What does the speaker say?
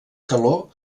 calor